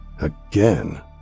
Again